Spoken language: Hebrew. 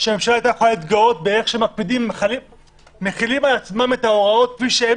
שהממשלה היתה יכולה להתגאות איך הם מחילים על עצמם את ההוראות כפי שהם